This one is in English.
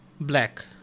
Black